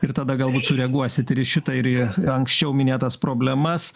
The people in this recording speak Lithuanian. ir tada galbūt sureaguosit ir šitą ir į anksčiau minėtas problemas